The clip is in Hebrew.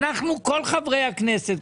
אנחנו כל חברי הכנסת,